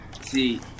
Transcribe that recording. see